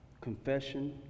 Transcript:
Confession